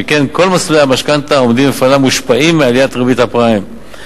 שכן כל מסלולי המשכנתה העומדים בפניו מושפעים מעליית ריבית הפריים,